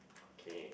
okay